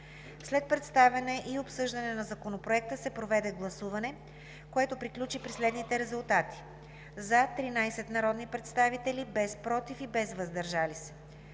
След представяне и обсъждане на Законопроекта се проведе гласуване, което приключи при следните резултати: „за“ – 13 народни представители, без „против“ и „въздържал се“.